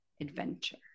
adventure